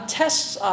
tests